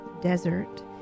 desert